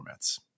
formats